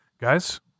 guys